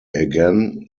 again